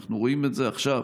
אנחנו רואים עכשיו